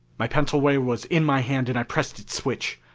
my pencil ray was in my hand and i pressed its switch.